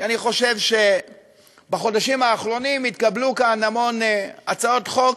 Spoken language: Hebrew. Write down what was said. כי אני חושב שבחודשים האחרונים התקבלו כאן המון הצעות חוק